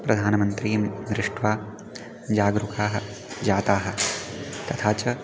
प्रधानमन्त्रीं दृष्ट्वा जागरूकाः जाताः तथा च